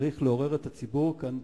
צריך לעורר את הציבור כאן.